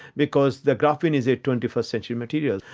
because the graphene is a twenty first century material,